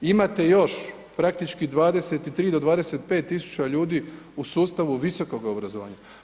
Imate još praktički 23 do 25 tisuća ljudi u sustavu visokog obrazovanja.